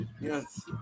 yes